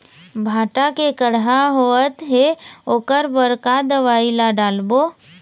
भांटा मे कड़हा होअत हे ओकर बर का दवई ला डालबो?